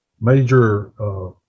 major